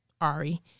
Ari